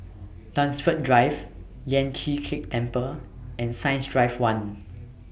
Dunsfold Drive Lian Chee Kek Temple and Science Drive one